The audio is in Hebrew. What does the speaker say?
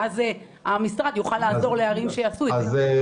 ואז המשרד יוכל לעזור לערים שיעשו את זה.